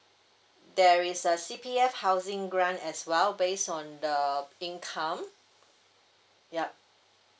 there is a C_P_F housing grant as well based on the income yup